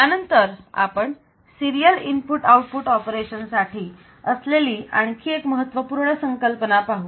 यानंतर आपण serial input output ऑपरेशनसाठी असलेली आणखी एक महत्त्वपूर्ण संकल्पना पाहू